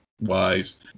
wise